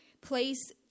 place